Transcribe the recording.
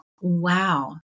wow